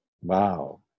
wow